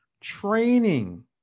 training